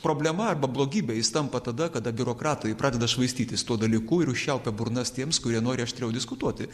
problema arba blogybe jis tampa tada kada biurokratai pradeda švaistytis tuo dalyku ir užčiaupia burnas tiems kurie nori aštriau diskutuoti